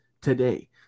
today